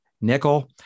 nickel